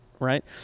right